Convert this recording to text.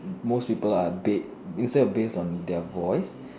most people are bait instead based on their voice